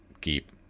keep